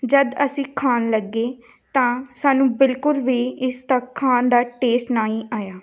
ਜਦੋਂ ਅਸੀਂ ਖਾਣ ਲੱਗੇ ਤਾਂ ਸਾਨੂੰ ਬਿਲਕੁਲ ਵੀ ਇਸ ਦਾ ਖਾਣ ਦਾ ਟੇਸਟ ਨਾ ਹੀ ਆਇਆ